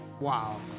Wow